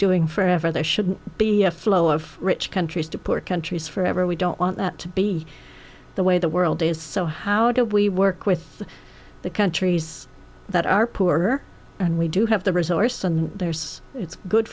doing forever there should be a flow of rich countries to poor countries forever we don't want that to be the way the world is so how do we work with the countries that are poor and we do have the resource and there's it's good